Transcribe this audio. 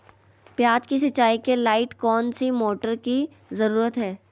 प्याज की सिंचाई के लाइट कौन सी मोटर की जरूरत है?